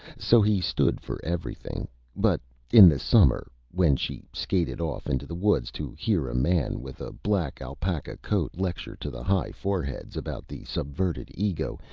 so he stood for everything but in the summer, when she skated off into the woods to hear a man with a black alpaca coat lecture to the high foreheads about the subverted ego,